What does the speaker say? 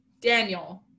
Daniel